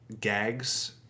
gags